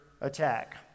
attack